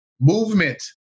movement